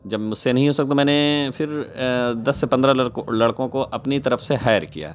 جب مجھ سے نہیں ہو سکا تو میں نے پھر دس سے پندرہ لڑکوں لڑکوں کو اپنی طرف سے ہائر کیا